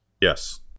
Yes